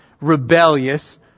rebellious